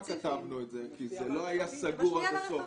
כתבנו את זה כי זה לא היה סגור עד הסוף.